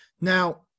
Now